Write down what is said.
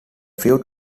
few